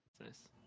Nice